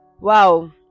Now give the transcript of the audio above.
wow